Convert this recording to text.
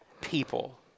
people